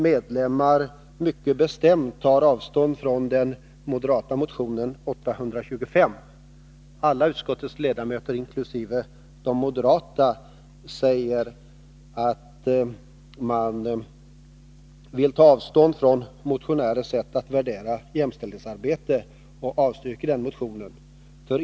moderaterna mycket bestämt tar avstånd från den moderata motionen 825. Man vänder sig mot motionärens sätt att värdera jämställdhetsarbetet och avstyrker motionen.